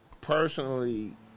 personally